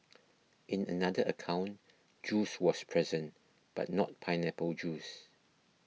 in another account juice was present but not pineapple juice